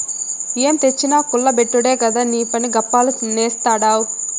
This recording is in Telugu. ఏం తెచ్చినా కుల్ల బెట్టుడే కదా నీపని, గప్పాలు నేస్తాడావ్